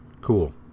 cool